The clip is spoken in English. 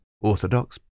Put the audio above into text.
Orthodox